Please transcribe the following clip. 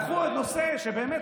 לקחו נושא שבאמת,